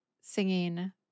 singing